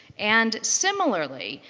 and similarly,